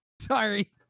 Sorry